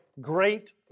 great